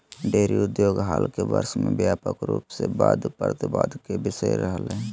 dairy उद्योग हाल के वर्ष में व्यापक रूप से वाद प्रतिवाद के विषय रहलय हें